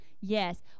Yes